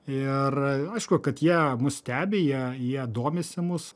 ir aišku kad jie mus stebi jie jie domisi mūsų